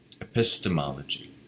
epistemology